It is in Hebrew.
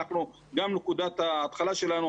קם נקודת ההתחלה שלנו,